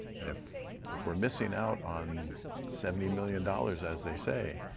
and if if we're missing out on seventy million dollars as they say,